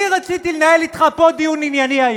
אני רציתי לנהל אתך פה היום דיון ענייני,